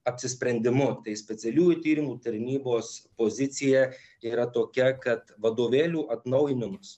apsisprendimu specialiųjų tyrimų tarnybos pozicija yra tokia kad vadovėlių atnaujinimas